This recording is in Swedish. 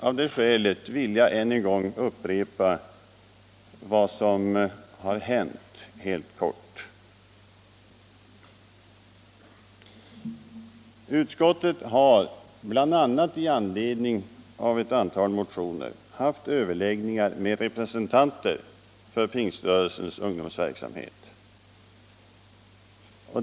Av det skälet skulle jag än en gång helt kort vilja återge vad som har hänt. Utskottet har, bl.a. i anledning av ett antal motioner, haft överläggningar med representanter för pingströrelsens ungdomsverksamhet.